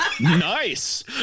Nice